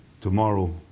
tomorrow